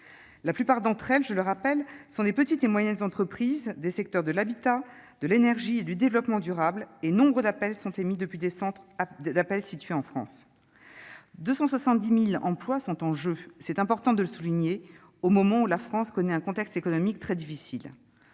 La plupart d'entre elles, je le rappelle, sont des petites et moyennes entreprises des secteurs de l'habitat, de l'énergie et du développement durable, et nombre d'appels sont émis depuis des centres d'appels situés en France. Environ 270 000 emplois sont en jeu : c'est important de le souligner, au moment où la France connaît un contexte économique très difficile.